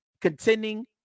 contending